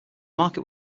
market